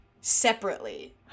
separately